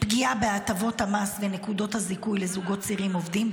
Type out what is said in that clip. פגיעה בהטבות המס בנקודות הזיכוי לזוגות צעירים עובדים,